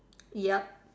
ya